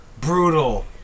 Brutal